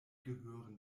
gehören